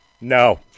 No